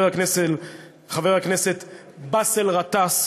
חבר הכנסת באסל גטאס,